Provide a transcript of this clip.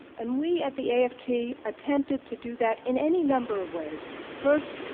and we, at the a. f. t, attempted to do that in any number of ways first,